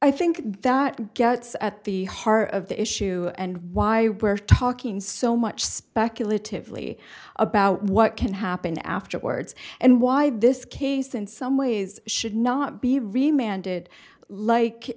i think that gets at the heart of the issue and why we're talking so much speculative lee about what can happen afterwards and why this case in some ways should not be reminded like